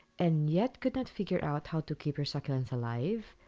and ye t could not figure out how to keep your succulents alive,